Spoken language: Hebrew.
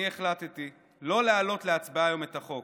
אני החלטתי לא להעלות להצבעה היום את החוק,